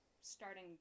starting